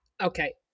Okay